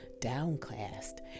downcast